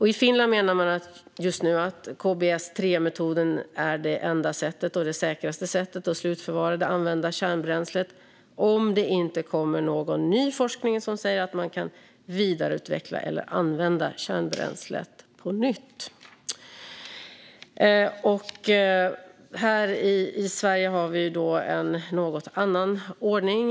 I Finland menar man just nu att KBS3-metoden är det enda och säkraste sättet att slutförvara det använda kärnbränslet om det inte kommer någon ny forskning som säger att man kan vidareutveckla eller använda kärnbränslet på nytt. Här i Sverige har vi en något annorlunda ordning.